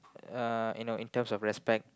uh you know in terms of respect